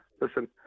listen